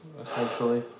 essentially